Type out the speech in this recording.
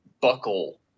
Buckle